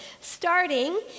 starting